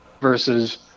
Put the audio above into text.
Versus